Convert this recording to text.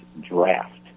draft